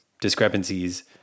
discrepancies